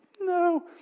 No